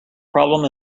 problem